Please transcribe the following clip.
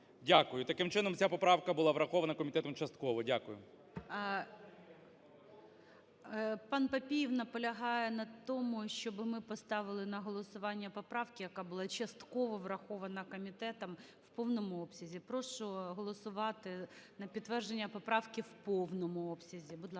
Дякую. Таким чином, ця поправка було врахована комітетом частково. Дякую. ГОЛОВУЮЧИЙ. ПанПапієв наполягає на тому, щоб ми поставили на голосування поправку, яка була частково врахована комітетом в повному обсязі. Прошу голосувати на підтвердження поправки в повному обсязі. Будь ласка.